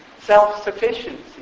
self-sufficiency